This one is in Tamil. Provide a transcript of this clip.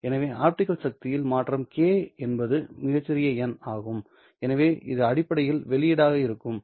எனவே ஆப்டிகல் சக்தியில் மாற்றம் k என்பது மிகச் சிறிய எண் ஆகும்எனவே இது அடிப்படையில் வெளியீடாக இருக்கும்